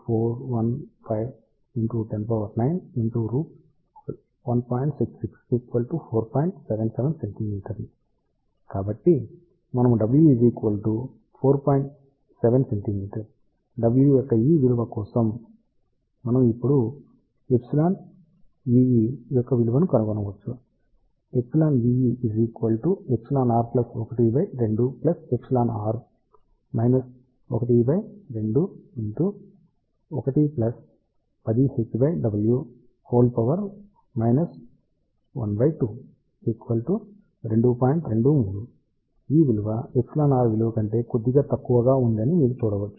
W యొక్క ఈ విలువ కోసం మనం ఇప్పుడు εe యొక్క విలువను కనుగొనవచ్చు ఈ విలువ εr విలువ కంటే కొద్దిగా తక్కువగా ఉందని మీరు చూడవచ్చు